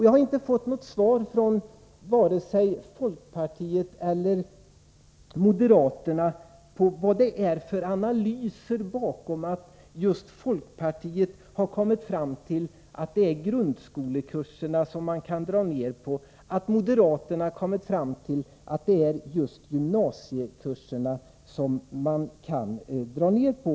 Jag har inte fått något svar från vare sig folkpartiet eller moderaterna på frågan om vilka analyser som ligger till grund för att folkpartiet har kommit fram till att det är just grundskolekurserna som de vill dra ned på eller att moderaterna har kommit fram till att det är just gymnasiekurserna som de kan dra ned på.